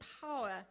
power